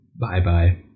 Bye-bye